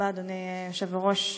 אדוני היושב-ראש,